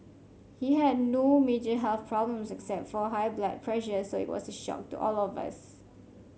he had no major health problems except for high blood pressure so it was a shock to all of us